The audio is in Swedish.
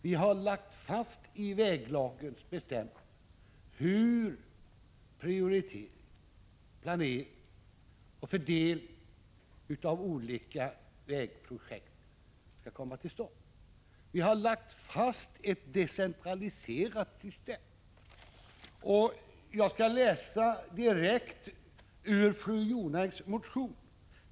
Vi har lagt fast i väglagens bestämmelser hur prioritering, planering och fördelning av olika vägprojekt skall komma till stånd. Vi har lagt fast ett decentraliserat system. Jag skall läsa direkt ur fru Jonängs motion.